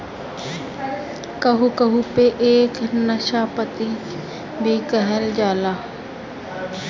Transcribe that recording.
कहू कहू पे एके नाशपाती भी कहल जाला